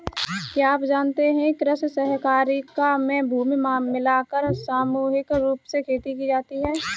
क्या आप जानते है कृषि सहकारिता में भूमि मिलाकर सामूहिक रूप से खेती की जाती है?